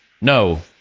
No